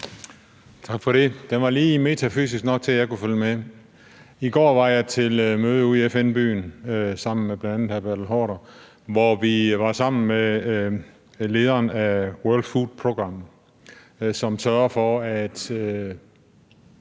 Tak for det. Den var lige metafysisk nok til, at jeg kunne følge med. I går var jeg til møde ude i FN Byen sammen med bl.a. hr. Bertel Haarder, hvor vi var sammen med lederen af World Food Programme, som sørger for –